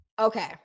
okay